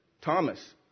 Thomas